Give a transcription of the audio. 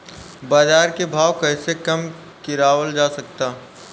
बाज़ार के भाव कैसे कम गीरावल जा सकता?